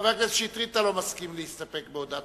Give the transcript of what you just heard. חבר הכנסת שטרית, אתה לא מסכים להסתפק בהודעת